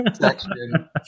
section